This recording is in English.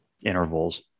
intervals